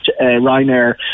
Ryanair